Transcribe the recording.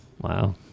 Wow